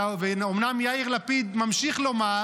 אומנם יאיר לפיד ממשיך לומר: